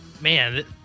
man